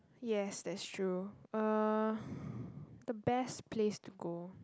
yes that's true uh the best place to go